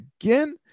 again